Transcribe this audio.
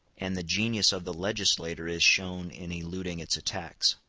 and the genius of the legislator is shown in eluding its attacks.